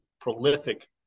prolific